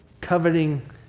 Coveting